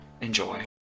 Enjoy